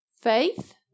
faith